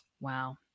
wow